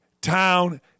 town